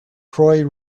croix